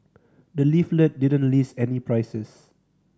the leaflet didn't list any prices